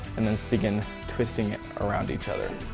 and let's begin twisting it around each other.